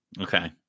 okay